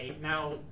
now